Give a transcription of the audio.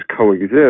coexist